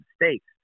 mistakes